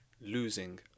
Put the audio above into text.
losing